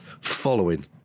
following